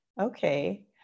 Okay